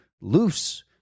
loose